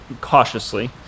cautiously